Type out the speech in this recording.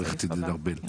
עורכת הדין ארבל --- הפעם.